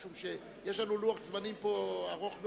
כי יש לנו לוח זמנים ארוך מאוד.